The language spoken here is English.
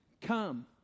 come